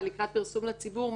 זה לקראת פרסום לציבור,